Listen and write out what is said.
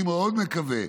אני מאוד מקווה,